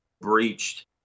breached